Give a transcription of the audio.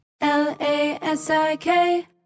L-A-S-I-K